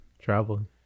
traveling